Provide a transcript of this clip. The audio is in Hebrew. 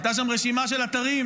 הייתה גם רשימה של אתרים,